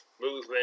movement